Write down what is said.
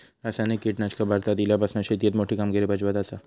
रासायनिक कीटकनाशका भारतात इल्यापासून शेतीएत मोठी कामगिरी बजावत आसा